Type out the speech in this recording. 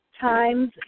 times